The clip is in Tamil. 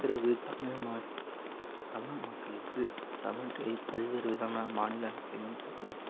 பிறகு தமிழ் ம தமிழ் மக்களுக்கு தமிழ் டை பல்வேறு விதமானா மாநிலங்களிலும் தமிழ்